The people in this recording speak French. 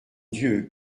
dieu